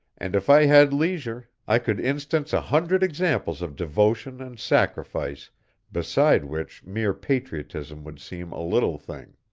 and if i had leisure i could instance a hundred examples of devotion and sacrifice beside which mere patriotism would seem a little thing.